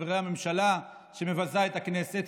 חברי הממשלה שמבזה את הכנסת,